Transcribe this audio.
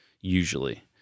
usually